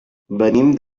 venim